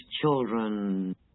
children